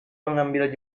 mengambil